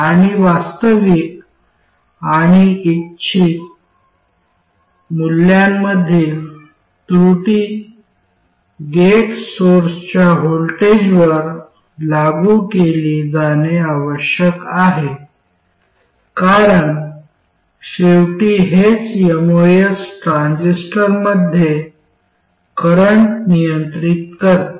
आणि वास्तविक आणि इच्छित मूल्यांमधील त्रुटी गेट सोर्सच्या व्होल्टेजवर लागू केली जाणे आवश्यक आहे कारण शेवटी हेच एमओएस ट्रान्झिस्टरमध्ये करंट नियंत्रित करते